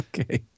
Okay